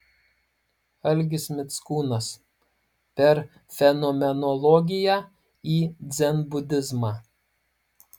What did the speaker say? algis mickūnas per fenomenologiją į dzenbudizmą